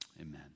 Amen